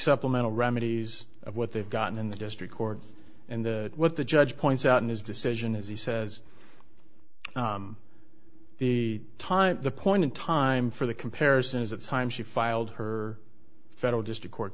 supplemental remedies of what they've got in the district court and what the judge points out in his decision is he says the time the point in time for the comparison is the time she filed her federal district court